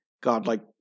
godlike